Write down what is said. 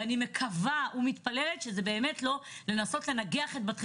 ואני מקווה ומתפללת שזה באמת לא לנסות לנגח את בתי